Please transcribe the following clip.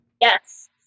Yes